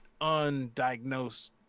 undiagnosed